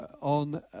On